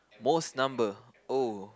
most number oh